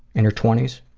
and or twenty